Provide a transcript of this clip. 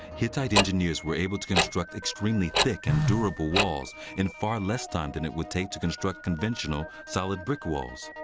hittite engineers were able to construct extremely thick and durable walls in far less time than it would take to construct conventional, solid brick walls.